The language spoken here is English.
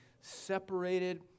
separated